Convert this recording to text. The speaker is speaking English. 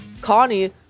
Connie